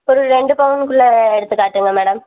ஒரு ரெண்டு பவுனுக்குள்ளே எடுத்துக் காட்டுங்க மேடம்